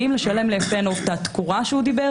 האם לשלם ליפה נוף את התקורה שהוא דיבר